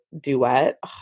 duet